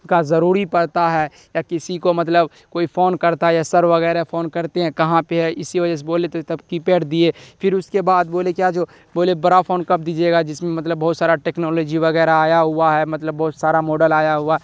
کا ضروری پڑتا ہے یا کسی کو مطلب کوئی فون کرتا ہے یا سر وغیرہ فون کرتے ہیں کہاں پہ ہے اسی وجہ سے بولے تھے تب کی پیڈ دیے پھر اس کے بعد بولے کیا جو بولے بڑا فون کب دیجیے گا جس میں مطلب بہت سارا ٹیکنالوجی وغیرہ آیا ہوا ہے مطلب بہت سارا ماڈل آیا ہوا